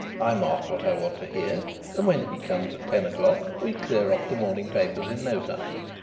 i mark what i want to hear and when he comes at ten o'clock we clear off the morning papers in no time.